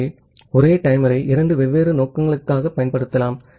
ஆகவே ஒரே டைமரை இரண்டு வெவ்வேறு நோக்கங்களுக்காகப் பயன்படுத்தலாம்